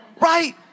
right